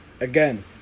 Again